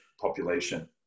population